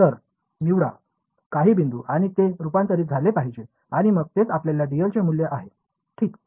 तर निवडा काही बिंदू आणि ते रूपांतरित झाले पाहिजे आणि मग तेच आपल्या dl चे मूल्य आहे ठीक